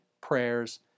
prayers